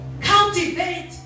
cultivate